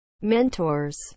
mentors